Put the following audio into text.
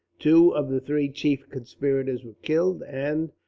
two of the three chief conspirators were killed and,